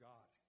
God